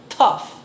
tough